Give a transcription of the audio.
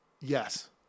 yes